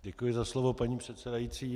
Děkuji za slovo paní předsedající.